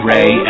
Ray